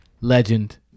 legend